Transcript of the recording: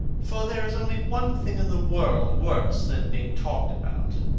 for there is only one thing in the world worse than being talked about,